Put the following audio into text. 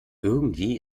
irgendwie